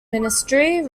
ministry